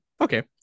Okay